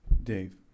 Dave